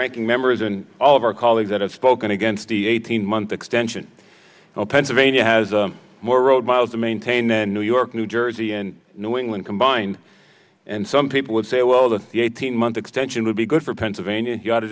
ranking members and all of our colleagues that it's spoken against the eighteen month extension of pennsylvania has more road miles to maintain in new york new jersey and new england combined and some people would say well the eighteen month extension would be good for pennsylvania he ought to